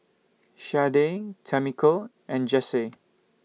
Sharday Tamiko and Jessye